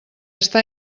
està